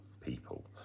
people